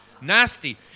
nasty